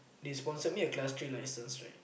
they sponsored me a class three license right